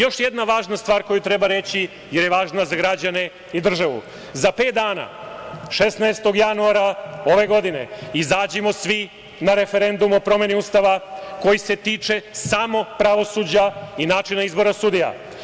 Još jedna važna stvar koju treba reći, jer je važna za građane i državu, za pet dana 16. januara ove godine izađimo svi na referendum o promeni Ustava koji se tiče samog pravosuđa i načina izbora sudija.